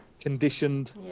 conditioned